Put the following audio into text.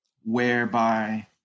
whereby